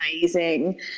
amazing